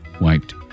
wiped